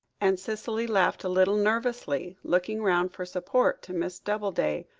and cicely laughed a little nervously, looking round for support to miss doubleday,